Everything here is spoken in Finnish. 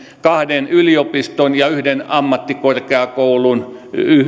kahden yliopiston ja yhden ammattikorkeakoulun